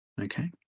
Okay